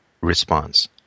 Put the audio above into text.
response